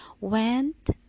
went